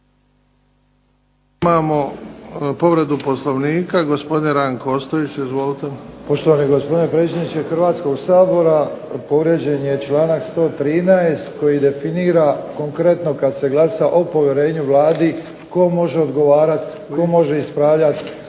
Imamo povredu Poslovnika. Gospodin Ranko Ostojić. Izvolite. **Ostojić, Ranko (SDP)** Poštovani gospodine predsjedniče Hrvatskog sabora. Povrijeđen je članak 113. koji definira konkretno kada se glasa o povjerenju Vladi tko može odgovarati, tko može ispravljati navode.